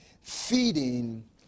feeding